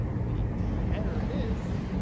the better it is.